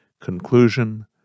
Conclusion